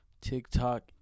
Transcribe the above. TikTok